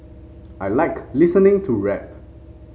I like listening to rap